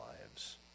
lives